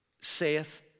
saith